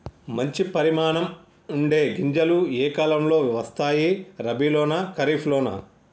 మంచి పరిమాణం ఉండే గింజలు ఏ కాలం లో వస్తాయి? రబీ లోనా? ఖరీఫ్ లోనా?